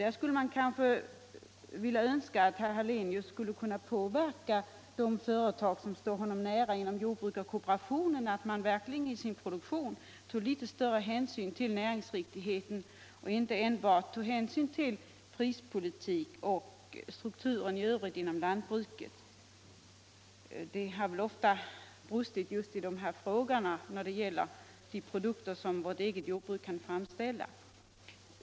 Man skulle kanske därför önska att herr Hallenius kunde påverka de företag som står honom nära inom jordbruket och kooperationen, så att de i sin produktion tar större hänsyn till näringsriktigheten och inte enbart tänker på prispolitiken och strukturen inom lantbruket. Det har väl ofta brustit just i dessa frågor när det gäller de produkter som vårt eget jordbruk kan framställa.